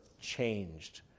changed